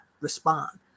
respond